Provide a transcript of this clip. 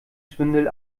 schwindel